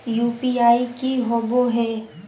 UPI की होबो है?